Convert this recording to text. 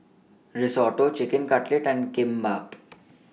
Risotto Chicken Cutlet and Kimbap